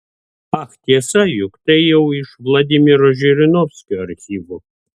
ak tiesa juk tai jau iš vladimiro žirinovskio archyvo